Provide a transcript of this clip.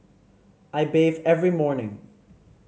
I bathe every morning